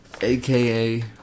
aka